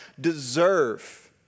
deserve